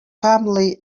family